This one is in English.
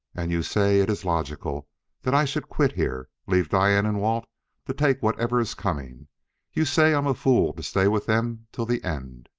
and you say it is logical that i should quit here, leave diane and walt to take whatever is coming you say i'm a fool to stay with them till the end.